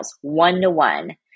one-to-one